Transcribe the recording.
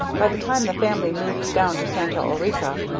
by the time the family moved down to santa ulrica,